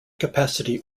capacity